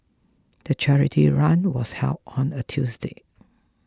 the charity run was held on a Tuesday